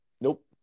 nope